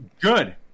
Good